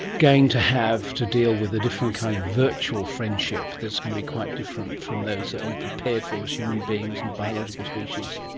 going to have to deal with a different kind of virtual friendship that's going to be quite different from those that we're prepared for as human beings and biological species?